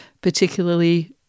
particularly